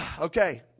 okay